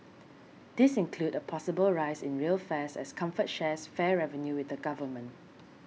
these include a possible rise in rail fares as Comfort shares fare revenue with the government